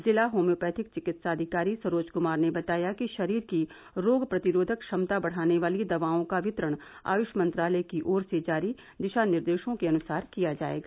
जिला होम्योपैथिक चिकित्साधिकारी सरोज कुमार ने बताया कि शरीर की रोग प्रतिरोधक क्षमता बढ़ाने वाली दवाओं का वितरण आयुष मंत्रालय की ओर से जारी दिशानिर्देशों के अनुसार किया जाएगा